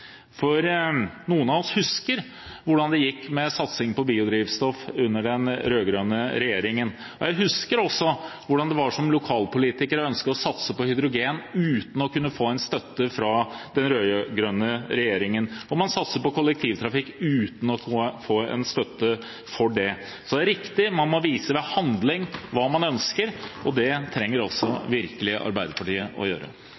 For noen av oss husker hvordan det gikk med satsing på biodrivstoff under den rød-grønne regjeringen, og jeg husker også hvordan det var som lokalpolitiker å ønske å satse på hydrogen uten å kunne få støtte fra den rød-grønne regjeringen, og man satset på kollektivtrafikk uten å få støtte for det. Så det er riktig, man må vise ved handling hva man ønsker, og det trenger virkelig også Arbeiderpartiet å gjøre.